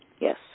yes